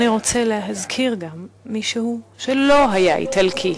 אני רוצה להזכיר גם מישהו שלא היה איטלקי,